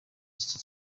iki